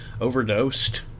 overdosed